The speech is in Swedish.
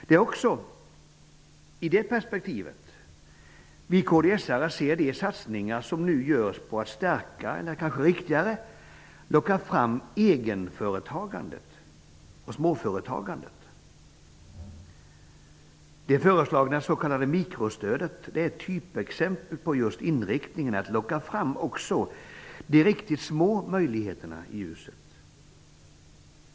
Det är också i det perspektivet som vi kds:are ser de satsningar som nu görs på att stärka eller, kanske riktigare, locka fram egenföretagandet och småföretagandet. Det föreslagna s.k. mikrostödet är ett typexempel på just inriktningen att locka fram också de riktigt små möjligheterna i ljuset.